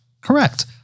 Correct